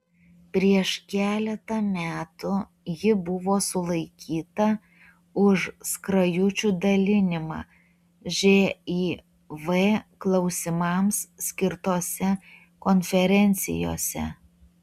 prieš keletą metų ji buvo sulaikyta už skrajučių dalinimą živ klausimams skirtose konferencijose